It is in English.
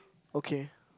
okay